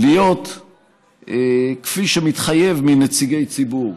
להיות כפי שמתחייב מנציגי ציבור,